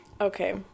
Okay